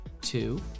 two